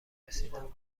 رسیدم